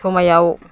समायाव